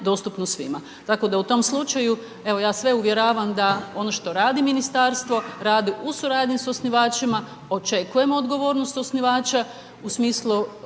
u tom slučaju evo ja sve uvjeravam da ono što radi ministarstvo, radi u suradnji s osnivačima, očekujem odgovornost osnivača u smislu